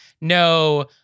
no